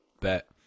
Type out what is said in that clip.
Bet